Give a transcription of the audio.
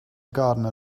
gardener